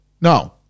no